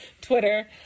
twitter